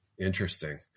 Interesting